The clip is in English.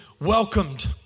welcomed